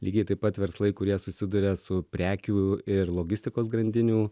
lygiai taip pat verslai kurie susiduria su prekių ir logistikos grandinių